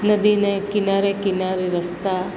નદીને કિનારે કિનારે રસ્તા